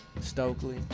Stokely